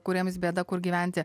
kuriems bėda kur gyventi